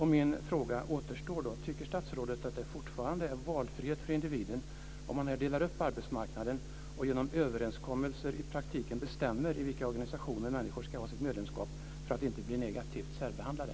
Min fråga återstår: Tycker statsrådet fortfarande att det är valfrihet för individen om man delar upp arbetsmarknaden och genom överenskommelser i praktiken bestämmer i vilka organisationer människor ska ha sitt medlemskap för att inte bli negativt särbehandlade?